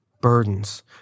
burdens